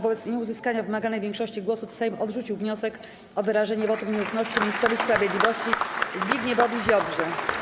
Wobec nieuzyskania wymaganej większości głosów Sejm odrzucił wniosek o wyrażenie wotum nieufności ministrowi sprawiedliwości Zbigniewowi Ziobrze.